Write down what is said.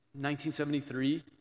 1973